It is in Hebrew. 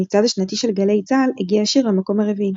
במצעד השנתי של גלי צה"ל הגיע השיר למקום הרביעי.